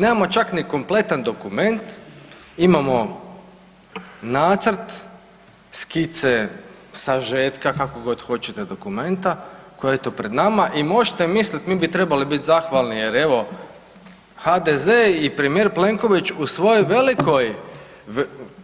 Nemamo čak ni kompletan dokument, imamo nacrt, skice, sažetka kako god hoćete dokumenta koji je eto pred nama i možete mislit mi bi trebali biti zahvalni jer evo HDZ i premijer Plenković u svojoj velikoj